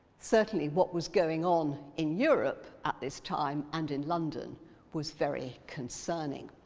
certainly what was going on in europe at this time and in london was very concerning.